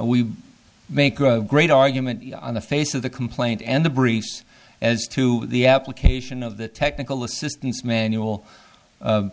we make great argument on the face of the complaint and the briefs as to the application of the technical assistance manual